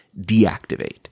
deactivate